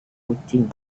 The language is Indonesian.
kucing